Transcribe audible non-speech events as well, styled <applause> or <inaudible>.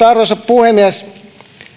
<unintelligible> arvoisa puhemies